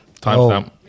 Timestamp